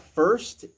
first